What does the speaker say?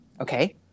Okay